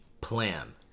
plan